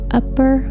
upper